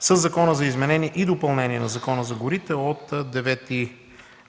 Със Закона за изменение и допълнение на Закона за горите от 9